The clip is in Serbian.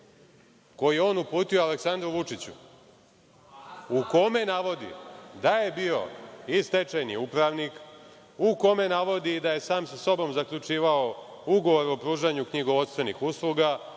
koji je on uputio Aleksandru Vučiću, u kome navodi da je bio i stečajni upravnik, u kome navodi i da je sam sa sobom zaključivao ugovor o pružanju knjigovodstvenih usluga,